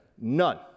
None